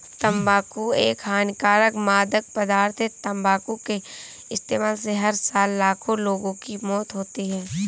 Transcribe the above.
तंबाकू एक हानिकारक मादक पदार्थ है, तंबाकू के इस्तेमाल से हर साल लाखों लोगों की मौत होती है